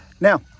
Now